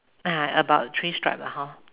ah about three stripe lah hor